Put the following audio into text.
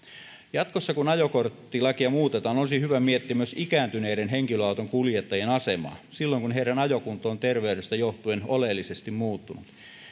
jatkossa kun ajokorttilakia muutetaan olisi hyvä miettiä myös ikääntyneiden henkilöauton kuljettajien asemaa silloin kun heidän ajokuntonsa on terveydestä johtuen oleellisesti muuttunut